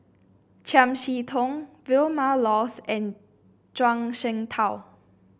Chiam See Tong Vilma Laus and Zhuang Shengtao